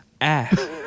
ass